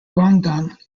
guangdong